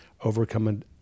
overcoming